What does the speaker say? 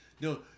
no